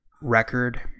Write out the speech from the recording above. Record